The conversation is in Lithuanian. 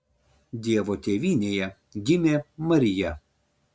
dievo tėvynėje gimė marija